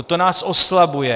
To nás oslabuje.